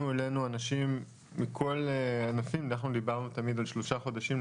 אלינו אנשים מכל הענפים אנחנו דיברנו תמיד על שלושה חודשים,